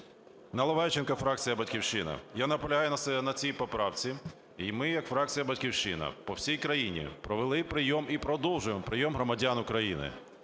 Наливайченко, фракція "Батьківщина". Я наполягаю на цій поправці, і ми як фракція "Батьківщина" по всій країні провели прийом і продовжуємо прийом громадян України.